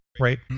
right